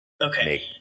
Okay